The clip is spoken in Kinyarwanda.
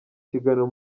kiganiro